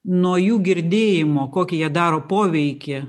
nuo jų girdėjimo kokį jie daro poveikį